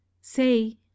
Say